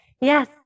Yes